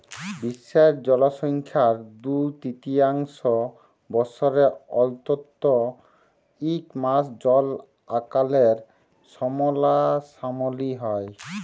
বিশ্বের জলসংখ্যার দু তিরতীয়াংশ বসরে অল্তত ইক মাস জল আকালের সামলাসামলি হ্যয়